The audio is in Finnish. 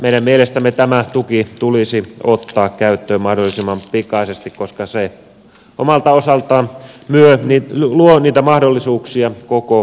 meidän mielestämme tämä tuki tulisi ottaa käyttöön mahdollisimman pikaisesti koska se omalta osaltaan luo niitä mahdollisuuksia koko suomeen